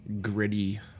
gritty